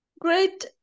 great